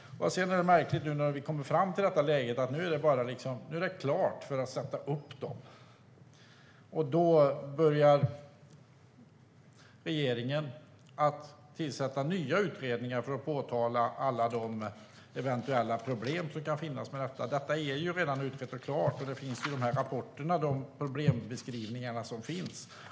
När vi nu kommer till läget att det är klart för att sätta upp alkobommarna börjar regeringen tillsätta nya utredningar för att påtala alla eventuella problem som kan finnas. Men detta är redan utrett och klart, och det finns problembeskrivningar i rapporterna.